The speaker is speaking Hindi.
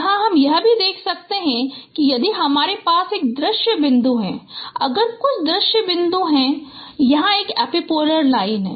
यहां हम यह भी देख सकते हैं कि यदि हमारे पास एक दृश्य बिंदु है अगर कुछ दृश्य बिंदु है यहाँ यह एपिपोलर लाइन है